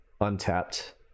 untapped